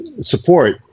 support